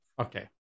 Okay